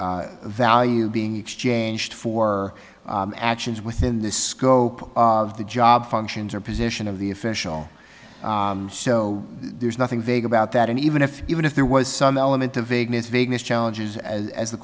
value being exchanged for actions within the scope of the job functions or position of the official so there's nothing vague about that and even if even if there was some element of vagueness vagueness challenges as the